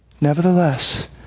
Nevertheless